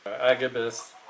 Agabus